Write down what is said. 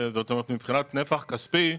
מבחינת נפח כספי,